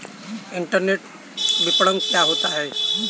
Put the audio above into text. Internet विपणन क्या होता है?